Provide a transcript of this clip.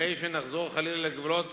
אחרי שנחזור, חלילה, לגבולות